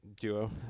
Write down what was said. duo